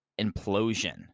implosion